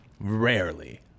rarely